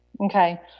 Okay